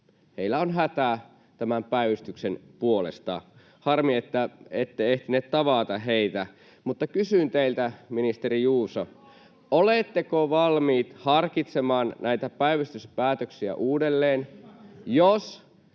heillä on hätä tämän päivystyksen puolesta. Harmi, että ette ehtinyt tavata heitä, [Jenna Simula: Vähän kohtuutonta!] mutta kysyn teiltä, ministeri Juuso: oletteko valmiit harkitsemaan näitä päivystyspäätöksiä uudelleen, jos